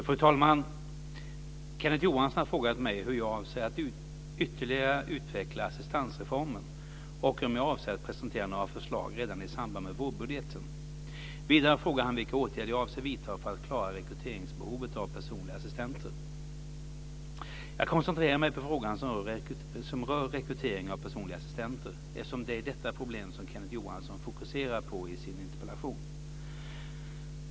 Fru talman! Kenneth Johansson har frågat mig hur jag avser att ytterligare utveckla assistansreformen och om jag avser att presentera några förslag redan i samband med vårbudgeten. Vidare frågar han vilka åtgärder jag avser vidta för att klara rekryteringsbehovet av personliga assistenter. Jag koncentrerar mig på frågan som rör rekrytering av personliga assistenter, eftersom det är detta problem som Kenneth Johansson fokuserar på i sin interpellation.